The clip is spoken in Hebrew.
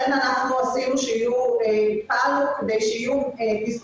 והרווחה שהרבה פעמים אנחנו נגדיל ראש וננסה לבנות